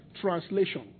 translation